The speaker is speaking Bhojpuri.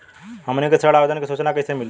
हमनी के ऋण आवेदन के सूचना कैसे मिली?